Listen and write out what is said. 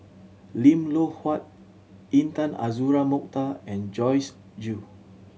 Lim Loh Huat Intan Azura Mokhtar and Joyce Jue